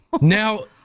now